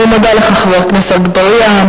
אני מודה לך, חבר הכנסת אגבאריה.